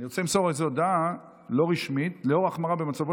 אני רוצה למסור הודעה לא רשמית: לאור החמרה במצבו